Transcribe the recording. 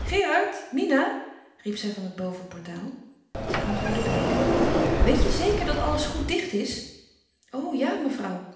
gerard mina riep zij van het bovenportaal zij antwoordden beiden weet je zeker dat alles goed dicht is o ja mevrouw